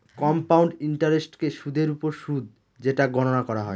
compound ইন্টারেস্টকে সুদের ওপর সুদ যেটা গণনা করা হয়